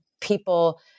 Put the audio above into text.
people